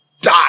die